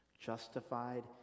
Justified